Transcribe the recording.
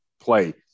play